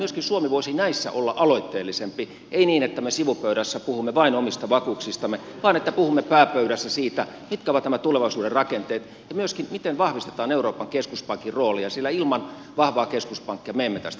myöskin suomi voisi näissä olla aloitteellisempi ei niin että me sivupöydässä puhumme vain omista vakuuksistamme vaan että puhumme pääpöydässä siitä mitkä ovat nämä tulevaisuuden rakenteet ja myöskin miten vahvistetaan euroopan keskuspankin roolia sillä ilman vahvaa keskuspankkia me emme tästä selviä